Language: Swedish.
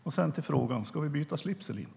Och sedan till frågan: Ska vi byta slips eller inte?